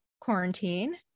quarantine